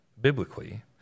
biblically